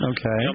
Okay